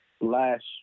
last